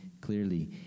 clearly